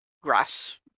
grass